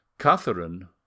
Catherine